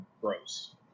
Gross